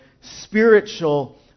spiritual